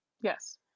Yes